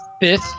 Fifth